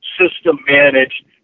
system-managed